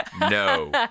No